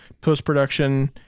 post-production